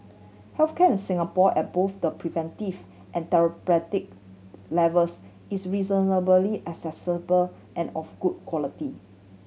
health care in Singapore at both the preventive and levels is reasonably accessible and of good quality